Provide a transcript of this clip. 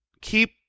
keep